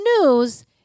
news